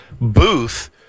booth